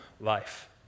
life